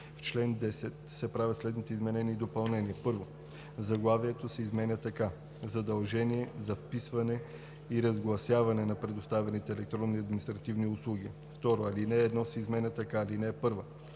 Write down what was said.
В чл. 10 се правят следните изменения и допълнения: 1. Заглавието се изменя така: „Задължение за вписване и разгласяване на предоставяните електронни административни услуги“. 2. Алинея 1 се изменя така: „(1)